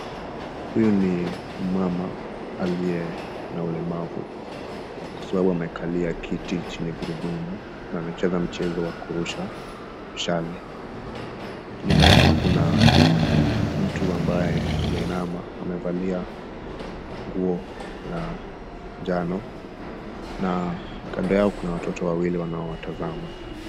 Huyu ni mama aliye na ulemavu kwa sababu amekalia kiti chenye gurudumu na anacheza mchezo wa kurusha mshale. Nyuma yake kuna mtu ambaye ameinama amevalia nguo la jano na kando yao kuna watoto wawili wanaowatazama.